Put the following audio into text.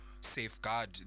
safeguard